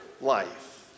life